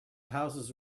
houses